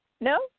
No